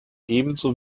ebenso